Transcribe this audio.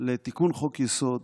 לתיקון חוק- יסוד,